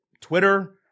Twitter